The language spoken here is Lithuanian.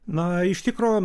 na iš tikro